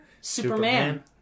Superman